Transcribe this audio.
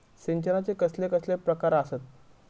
सिंचनाचे कसले कसले प्रकार आसत?